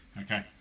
Okay